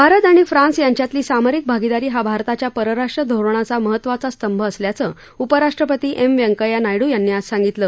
भारत अणि फ्रान्स यांच्यातली सामरिक भागीदारी हा भारताच्या परराष्ट्र धोरणाचा महत्त्वाचा स्तंभ असल्याचं उपराष्ट्रपती एम व्यंकय्या नायडू यांनी आज सांगितलं